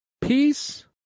peace